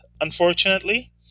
unfortunately